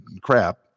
crap